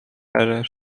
air